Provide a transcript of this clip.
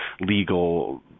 legal